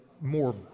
more